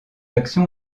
action